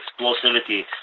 explosivity